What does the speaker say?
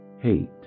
hate